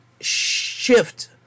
shift